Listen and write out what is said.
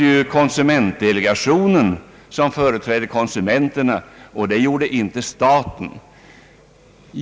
Konsumentdelegationen företrädde, sade statsrådet, ju konsumenterna och inte staten.